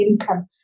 income